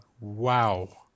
wow